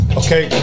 okay